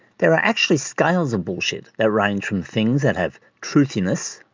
there are actually scales of bullshit that range from things that have truthiness,